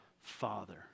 Father